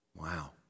Wow